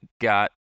got